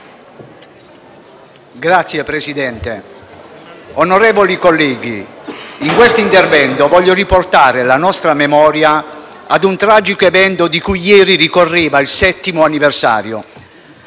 Signor Presidente, onorevoli colleghi, in questo intervento desidero riportare la nostra memoria ad un tragico evento di cui ieri ricorreva il settimo anniversario.